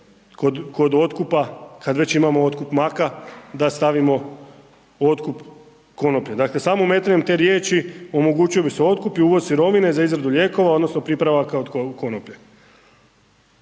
kod otkupa, kad već imamo otkup maka, da stavimo otkup konoplje, dakle, samo umetanjem te riječi omogućio bi se otkup i uvoz sirovine za izradu lijekova odnosno pripravaka od konoplje